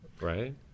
right